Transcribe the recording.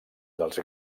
dels